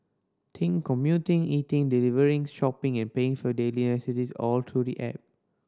think commuting eating delivering shopping and paying for your daily necessities all through the app